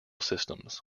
systems